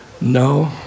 No